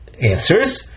answers